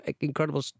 incredible